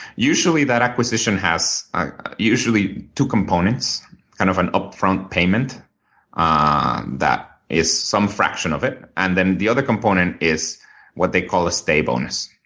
usually that acquisition has ah two components kind of an upfront payment um that is some fraction of it, and then the other component is what they call a stay bonus,